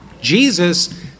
Jesus